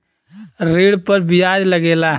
ऋण पर बियाज लगेला